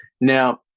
Now